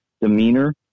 demeanor